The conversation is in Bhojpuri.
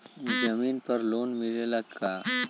जमीन पर लोन मिलेला का?